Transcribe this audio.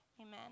amen